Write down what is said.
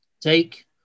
Take